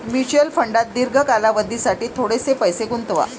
mutual फंडात दीर्घ कालावधीसाठी थोडेसे पैसे गुंतवा